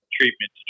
treatment